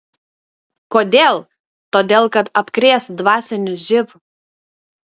kodėl todėl kad apkrės dvasiniu živ